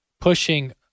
pushing